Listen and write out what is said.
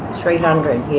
three hundred